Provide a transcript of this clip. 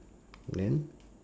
then